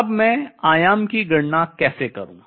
अब मैं आयाम की गणना कैसे करूं